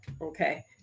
Okay